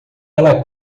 ela